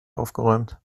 aufgeräumt